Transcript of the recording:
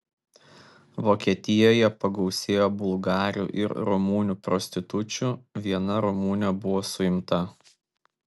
vokietijoje pagausėjo bulgarių ir rumunių prostitučių viena rumunė buvo suimta